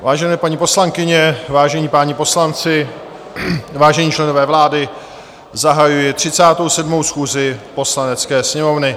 Vážené paní poslankyně, vážení páni poslanci, vážení členové vlády, zahajuji 37. schůzi Poslanecké sněmovny.